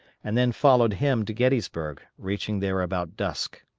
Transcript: and then followed him to gettysburg, reaching there about dusk.